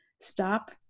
stop